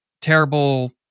terrible